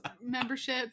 membership